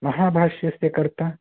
महाभाष्यस्य कर्ता